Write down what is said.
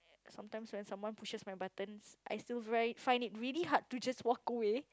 sometimes when someone pushes my buttons I still very find it really hard to just walk away